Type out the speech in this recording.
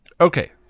Okay